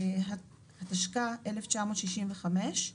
התשכ"ה 1965,